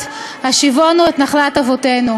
ידע שפסק-הדין של בית-המשפט העליון